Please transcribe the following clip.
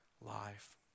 life